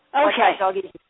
Okay